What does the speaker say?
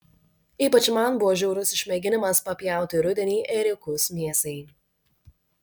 ypač man buvo žiaurus išmėginimas papjauti rudenį ėriukus mėsai